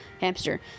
hamster